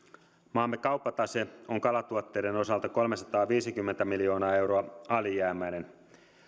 maamme kauppatase on kalatuotteiden osalta kolmesataaviisikymmentä miljoonaa euroa alijäämäinen